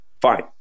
Fine